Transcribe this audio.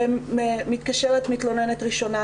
מתקשרת מתלוננת ראשונה,